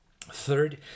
Third